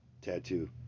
tattoo